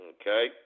Okay